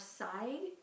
side